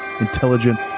intelligent